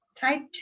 type